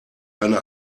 eine